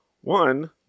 one